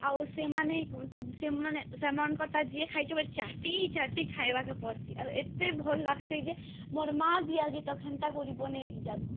ଆଉ ସେମାନେ ସେମାନେ ସେମାନଙ୍କଟା ଯିଏ ଖାଇଚି ବୋଲେ ଚାଟି ଚାଟିକି ଖାଇବାକୁ ପଡ଼ିଚି ଆଉ ଏତେ ଭଲ ଲାଗସି ଯେ ମୋର ମା ବି ଆଜିଟ ଖେନଟା କରି ବନେଇ ନେଇ ଜାନୁ